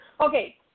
Okay